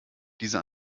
dieser